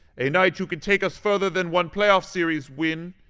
a knight who can take us further than one playoff series win.